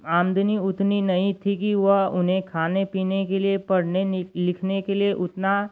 आमदनी उतनी नहीं थी कि वह उन्हें खाने पीने के लिए पढ़ने लिखने के लिए उतना